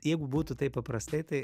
jeigu būtų taip paprastai tai